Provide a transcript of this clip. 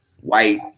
white